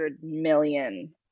million